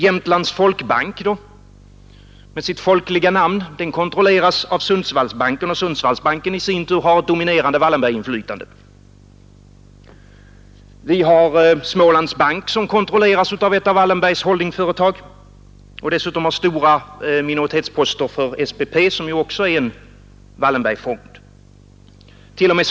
Jämtlands folkbank med sitt folkliga namn kontrolleras av Sundsvallsbanken, och Sundsvallsbanken i sin tur har ett dominerande Wallenberginflytande. Smålands bank kontrolleras av ett av Wallenbergs holdingföretag, och dessutom innehas stora minoritetsposter av SPP, som ju också är ett Wallenbergföretag. T. o. m.